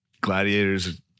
Gladiators